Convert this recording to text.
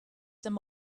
them